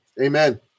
Amen